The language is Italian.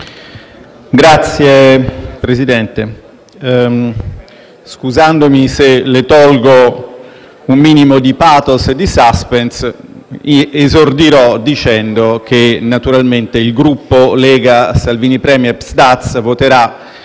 Signor Presidente, scusandomi se tolgo un minimo di *pathos* e di *suspense*, esordirò dicendo che, naturalmente, il Gruppo Lega-Salvini Premier-PSd'Az, voterà